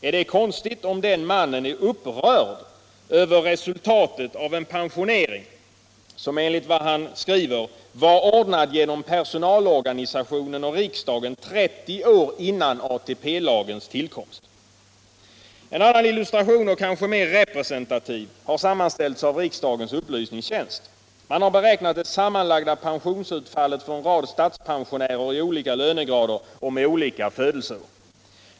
Är det konstigt om den mannen är upprörd över resultatet av en pensionering som — enligt vad han skriver — ”var ordnad genom personalorganisationen och riksdagen 30 år innan ATP-lagens tillkomst”. En annan illustration och kanske mer representativ har sammanställts av riksdagens upplysningstjänst. Man har beräknat det sammanlagda pensionsutfallet för en rad statspensionärer i olika lönegrader och med olika födelseår.